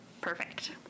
Perfect